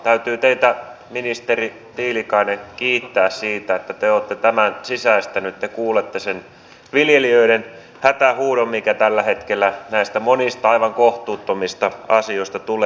täytyy teitä ministeri tiilikainen kiittää siitä että te olette tämän sisäistänyt te kuulette sen viljelijöiden hätähuudon mikä tällä hetkellä näistä monista aivan kohtuuttomista asioista tulee